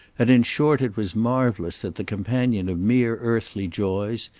and in short it was marvellous that the companion of mere earthly joys,